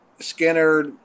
Skinner